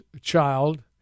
child